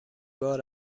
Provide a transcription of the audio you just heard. بار